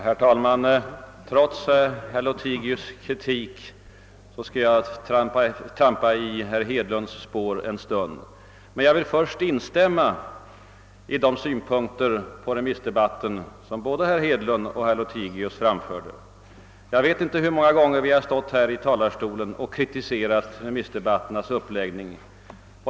Herr talman! Trots herr Lothigius” kritik skall jag trampa i herr Hedlunds spår en stund. Först vill jag emellertid helt instämma i de synpunkter på remissdebatten som både herr Hedlund och herr Lothigius framförde. Jag vet inte hur många gånger vi har stått här i talarstolen och kritiserat remissdebattens uppläggning.